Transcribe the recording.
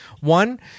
one